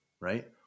right